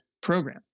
program